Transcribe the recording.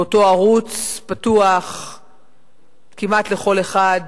באותו ערוץ פתוח כמעט לכל אחד,